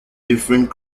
different